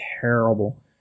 terrible